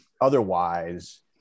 otherwise